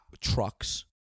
trucks